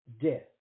death